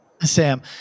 Sam